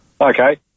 Okay